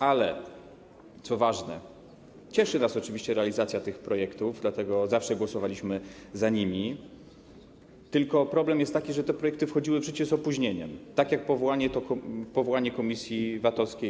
Ale, co ważne, cieszy nas oczywiście realizacja tych projektów, dlatego zawsze głosowaliśmy za nimi, tylko problem jest taki, że te projekty wchodziły w życie z opóźnieniem, tak jak powołanie komisji VAT-owskiej.